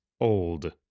old